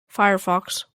firefox